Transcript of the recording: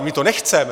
My to nechceme.